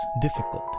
difficult